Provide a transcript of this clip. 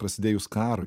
prasidėjus karui